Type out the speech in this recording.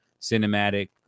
cinematic